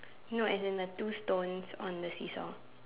no as in the two stones on the seesaw